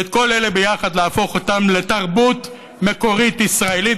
ואת כל אלה ביחד להפוך לתרבות מקורית ישראלית,